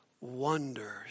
wonders